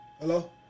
Hello